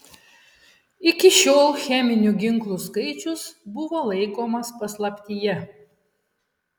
iki šiol cheminių ginklų skaičius buvo laikomas paslaptyje